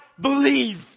believe